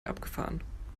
abgefahren